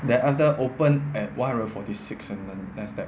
the other open at one hundred forty six uh less than